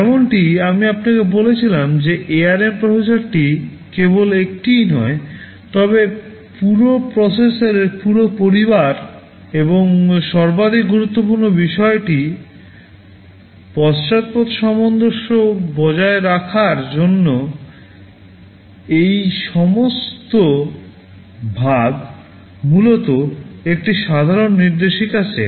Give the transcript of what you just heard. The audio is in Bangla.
যেমনটি আমি আপনাকে বলেছিলাম যে ARM প্রসেসরটি কেবল একটি নয় তবে পুরো প্রসেসরের পুরো পরিবার এবং সর্বাধিক গুরুত্বপূর্ণ বিষয়টি পশ্চাদপদ সামঞ্জস্য বজায় রাখার জন্য এই সমস্ত ভাগ মূলত একটি সাধারণ নির্দেশিকা সেট